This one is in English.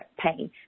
pain